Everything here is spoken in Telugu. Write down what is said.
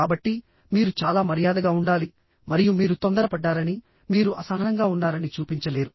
కాబట్టి మీరు చాలా మర్యాదగా ఉండాలి మరియు మీరు తొందరపడ్డారని మీరు అసహనంగా ఉన్నారని చూపించలేరు